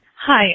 Hi